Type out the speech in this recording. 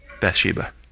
Bathsheba